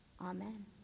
amen